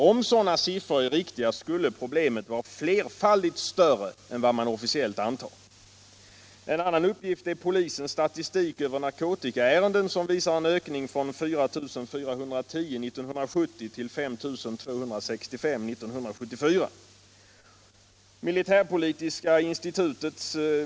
Om sådana siffror är riktiga skulle problemet vara flerfaldigt större än vad man officiellt antar. En annan uppgift är polisens statistik över narkotikaärenden, som visar en ökning från 4410 år 1970 till 5 265 år 1974.